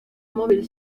móvil